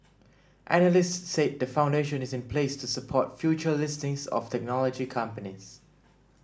analysts said the foundation is in place to support future listings of technology companies